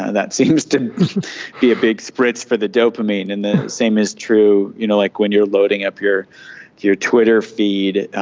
ah that seems to be a big spritz for the dopamine. and the same is true you know like when you're loading up your your twitter feed,